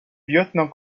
lieutenant